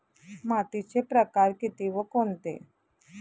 मातीचे प्रकार किती व कोणते?